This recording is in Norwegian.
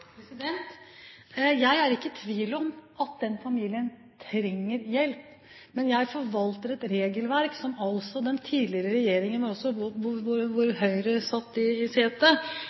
Jeg er ikke i tvil om at den familien trenger hjelp. Men jeg forvalter et regelverk, som altså den tidligere regjeringen,